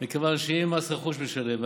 מכיוון שאם מס רכוש משלם,